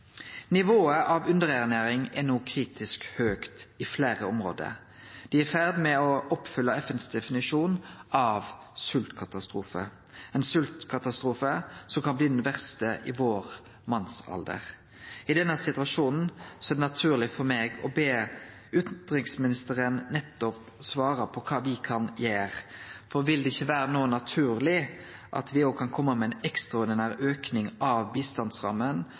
Nivået av underernæring er no kritisk høgt i fleire område, og dei er i ferd med å oppfylle FNs definisjon av sveltkatastrofe, ein sveltkatastrofe som kan bli den verste i vår mannsalder. I denne situasjonen er det naturleg for meg å be utanriksministeren om å svare på kva me kan gjere, for vil det ikkje no vere naturleg at me òg kan kome med ein ekstraordinær auke av